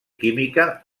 química